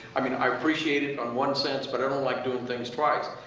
i mean i appreciate it on one sense, but i don't like doing things twice.